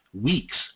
weeks